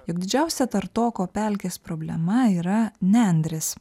jog didžiausia tartoko pelkės problema yra nendrės